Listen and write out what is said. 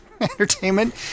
Entertainment